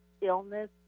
illness